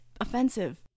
offensive